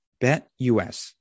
BetUS